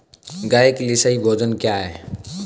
गाय के लिए सही भोजन क्या है?